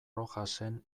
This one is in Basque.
rojasen